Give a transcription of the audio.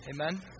Amen